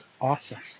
awesome